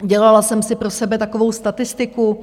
Dělala jsem si pro sebe takovou statistiku.